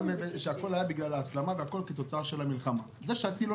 שהכול היה בגלל ההסלמה והכול כתוצאה מן המלחמה.